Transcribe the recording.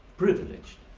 privileged,